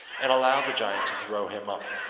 and allowed the giant to throw him up.